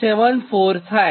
174 થાય